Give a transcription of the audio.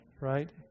right